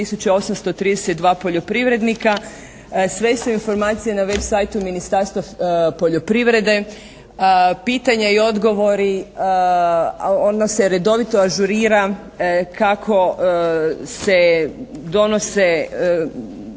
832 poljoprivrednika. Sve su informacije na web site-u Ministarstva poljoprivrede. Pitanja i odgovori, ona se redovito ažurira kako se donose